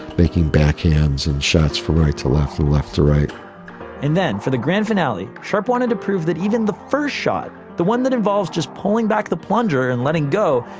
making backhands and shots from right to left, from left to right and then for the grand finale, sharpe wanted to prove that even the first shot, the one that involves just pulling back the plunger and letting go,